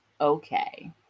Okay